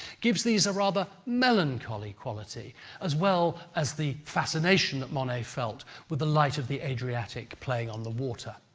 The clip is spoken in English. gives these a rather melancholy quality as well as the fascination that monet felt with the light of the adriatic playing on the water.